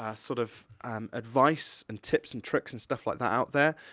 ah sort of advice, and tips, and tricks, and stuff like that out there.